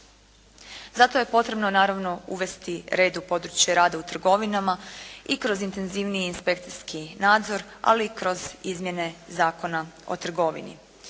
Zato je potrebno naravno uvesti red u područje rada u trgovinama i kroz intenzivniji inspekcijski nadzor, ali i kroz izmjene Zakona o trgovini.